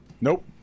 Nope